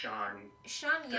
Sean